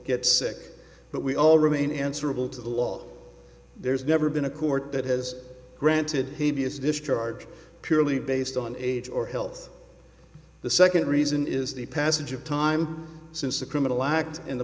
get sick but we all remain answerable to the law there's never been a court that has granted the vias discharge purely based on age or health the second reason is the passage of time since the criminal act in the